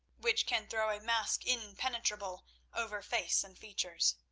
which can throw a mask impenetrable over face and features.